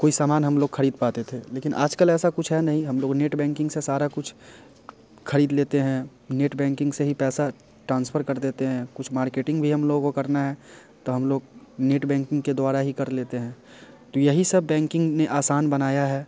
कोई सामान हम लोग ख़रीद पाते थे लेकिन आज कल ऐसा कुछ है नहीं हम लोग नेट बैंकिंग से सारा कुछ ख़रीद लेते हैं नेट बैंकिंग से ही पैसा ट्रांसफर कर देते हैं कुछ मार्केटिंग भी हम लोगों को करना है तो हम लोग नेट बैंकिंग के द्वारा ही कर लेते हैं तो यही सब बैंकिंग ने आसान बनाया है